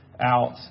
out